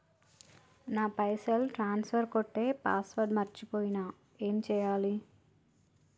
నా పైసల్ ట్రాన్స్ఫర్ కొట్టే పాస్వర్డ్ మర్చిపోయిన ఏం చేయాలి?